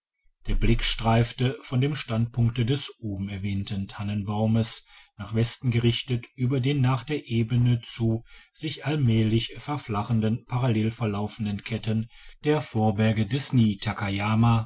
der blick streifte von dem standpunkte des obenerwähnten tannenbaumes nach westen gerichtet über den nach der ebene zu sich allmählich verflachenden parallel verlaufenden ketten der vorberge des